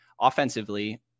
offensively